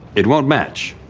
it won't match